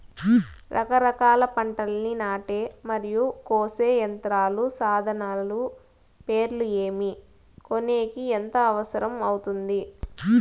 రకరకాల పంటలని నాటే మరియు కోసే యంత్రాలు, సాధనాలు పేర్లు ఏమి, కొనేకి ఎంత అవసరం అవుతుంది?